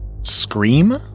Scream